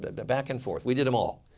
but but back and forth, we did them all.